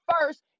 first